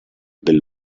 del